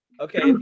Okay